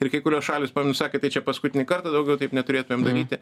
ir kai kurios šalys pamenu sakė tai čia paskutinį kartą daugiau kaip neturėtumėm daryti